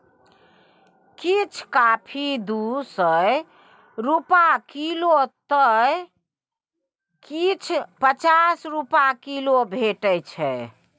किछ कॉफी दु सय रुपा किलौ तए किछ पचास रुपा किलो भेटै छै